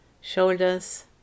shoulders